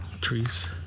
trees